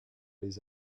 les